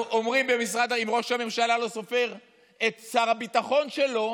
אומרים במשרד: אם ראש הממשלה לא סופר את שר הביטחון שלו,